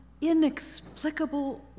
inexplicable